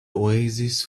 oasis